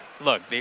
look